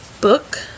book